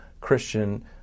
Christian